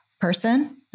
person